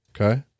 okay